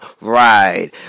Right